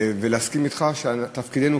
ולהסכים אתך שתפקידנו,